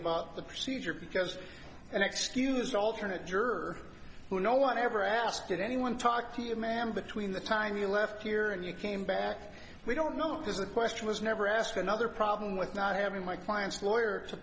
about the procedure because and excuse the alternate juror who no one ever asked did anyone talk to you ma'am between the time you left here and you came back we don't know because the question was never asked for another problem with not having my client's lawyer to